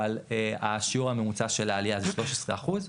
אבל השיעור הממוצע של העלייה זה 13 אחוז,